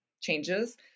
changes